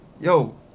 yo